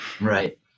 Right